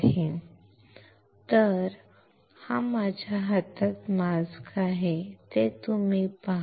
So तर माझ्या हातात मास्क आहे हे तुम्ही पहा